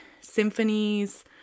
symphonies